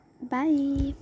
bye